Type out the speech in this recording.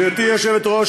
גברתי היושבת-ראש,